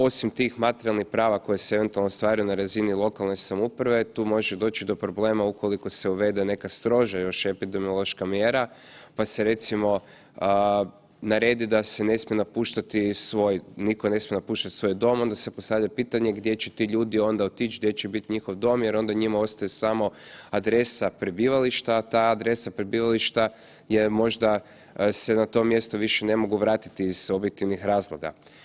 Osim tih materijalnih prava koja se eventualno stvaraju na razini lokalne samouprave, tu može doći do problema ukoliko se uvede neka stroža još epidemiološka mjera pa se recimo naredi da se ne smije napuštati svoj, nitko ne smije napuštati svoj dom, onda se postavlja pitanje gdje će ti ljudi onda otići, gdje će biti njihov dom jer onda njima ostaje samo adresa prebivališta, a ta adresa prebivališta je možda se na to mjesto više ne mogu vratiti iz objektivnih razloga.